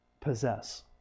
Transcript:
possess